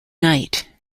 knight